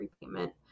repayment